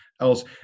else